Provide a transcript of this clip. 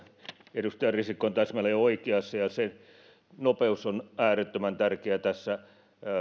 edustaja risikko on täsmälleen oikeassa ja se nopeus on äärettömän tärkeää tässä